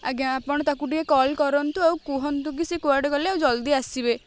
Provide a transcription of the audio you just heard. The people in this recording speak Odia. ଆଜ୍ଞା ଆପଣ ତାକୁ ଟିକେ କଲ୍ କରନ୍ତୁ ଆଉ କୁହନ୍ତୁ କି ସେ କୁଆଡ଼େ ଗଲେ ଆଉ ଜଲଦି ଆସିବେ